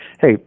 hey